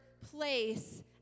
place